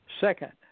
Second